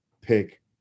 pick